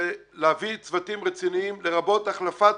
ולהביא צוותים רציניים לרבות החלפת